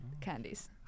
candies